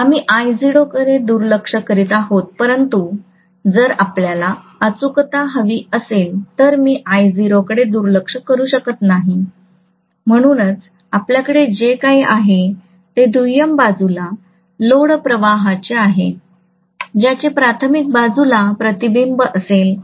आम्ही I0 कडे दुर्लक्ष करीत आहोत परंतु जर आपल्याला अचूकता हवी असेल तर मी I0 कडे दुर्लक्ष करू शकत नाही म्हणूनच आपल्याकडे जे आहे ते दुय्यम बाजूला लोड प्रवाहाचे आहे ज्याचे प्राथमिक बाजूला प्रतिबिंब असेल